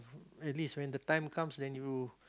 at least when the time comes then you